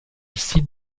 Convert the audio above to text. site